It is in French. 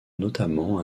notamment